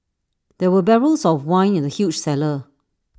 there were barrels of wine in the huge cellar